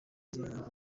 zamaze